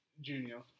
Junior